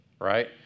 Right